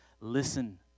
listen